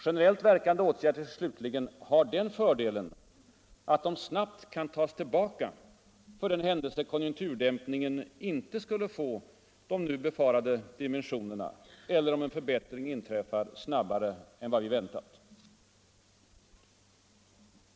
Generellt verkande åtgärder har slutligen den fördelen, att de snabbt kan tas tillbaka för den händelse konjunkturdämpningen inte skulle få de nu befarade dimensionerna eller om en förbättring inträffar snabbare än vad vi väntat.